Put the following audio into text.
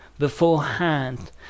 beforehand